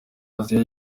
aziya